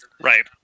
Right